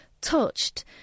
Touched